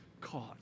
caught